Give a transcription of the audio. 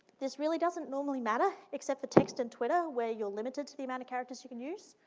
this really doesn't normally matter, except for text and twitter, where you're limited to the amount of characters you can use.